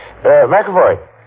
McAvoy